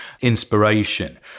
inspiration